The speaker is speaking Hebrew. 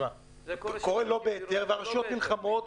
אבל הרשויות נלחמות,